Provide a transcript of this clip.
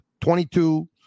22